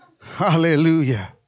Hallelujah